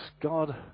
God